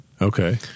Okay